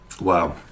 Wow